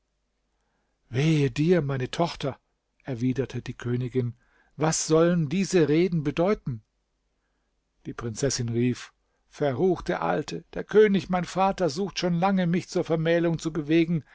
wehe dir meine tochter erwiderte die königin was sollen diese reden bedeuten die prinzessin rief verruchte alte der könig mein vater sucht schon lange mich zur vermählung zu bewegen